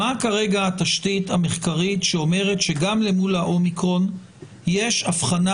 מה כרגע התשתית המחקרית שאומרת שגם אל מול ה-אומיקרון יש אבחנה